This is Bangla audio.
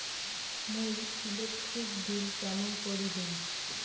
মুই ইলেকট্রিক বিল কেমন করি দিম?